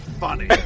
funny